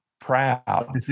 proud